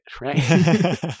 right